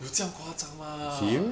有这样夸张 mah